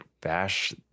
bash